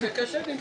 תגידו.